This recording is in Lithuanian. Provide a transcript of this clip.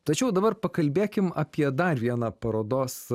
tačiau dabar pakalbėkime apie dar vieną parodos